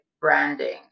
branding